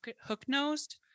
hook-nosed